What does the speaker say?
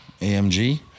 AMG